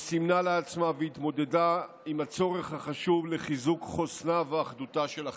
סימנה לעצמה והתמודדה עם הצורך החשוב בחיזוק חוסנה ואחדותה של החברה.